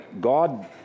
God